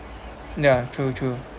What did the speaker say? ya true true